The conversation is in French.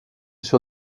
sur